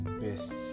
best